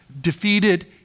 defeated